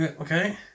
Okay